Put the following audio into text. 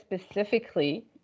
specifically